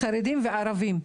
חרדים וערבים.